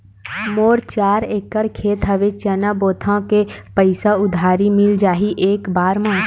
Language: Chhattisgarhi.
मोर चार एकड़ खेत हवे चना बोथव के पईसा उधारी मिल जाही एक बार मा?